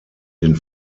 den